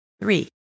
Three